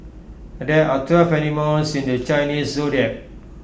there are twelve animals in the Chinese Zodiac